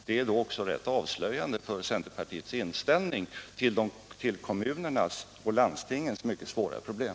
Det vore då rätt avslöjande för centerpartiets inställning till kommunernas och landstingens mycket svåra problem.